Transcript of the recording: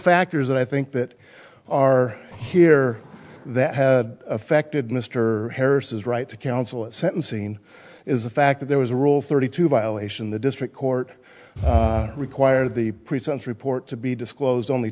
factors i think that are here that had affected mr harris his right to counsel at sentencing is the fact that there was a rule thirty two violation the district court required the present report to be disclosed only